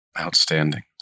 Outstanding